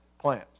plant